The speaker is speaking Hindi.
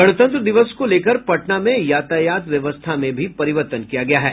गणतंत्र दिवस को लेकर पटना में यातायात व्यवस्था में भी परिवर्तन किया गया है